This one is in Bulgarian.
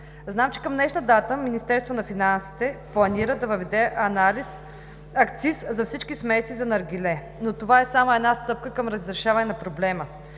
Знам, че към днешна дата Министерството на финансите планира да въведе акциз за всички смеси за наргиле, но това е само една стъпка към разрешаване на проблема.